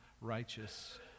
righteous